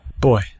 boy